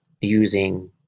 using